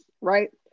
right